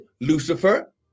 Lucifer